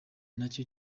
nacyo